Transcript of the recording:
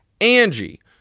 Angie